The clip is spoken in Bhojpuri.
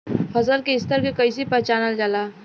फसल के स्तर के कइसी पहचानल जाला